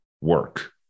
work